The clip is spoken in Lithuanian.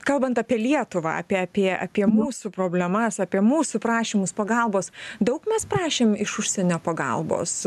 kalbant apie lietuvą apie apie apie mūsų problemas apie mūsų prašymus pagalbos daug mes prašėm iš užsienio pagalbos